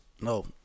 no